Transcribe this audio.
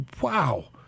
wow